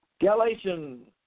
Galatians